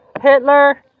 Hitler